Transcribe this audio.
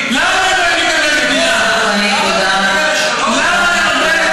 למה, חבר הכנסת דב חנין, תודה רבה לך.